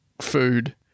food